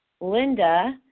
Linda